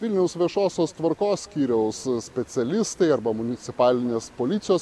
vilniaus viešosios tvarkos skyriaus specialistai arba municipalinės policijos